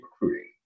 recruiting